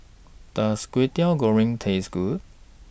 Does Kway Teow Goreng Taste Good